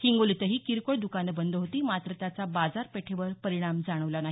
हिंगोलीतही किरकोळ दुकानं बंद होती मात्र त्याचा बाजारपेठेवर परिणाम जाणवला नाही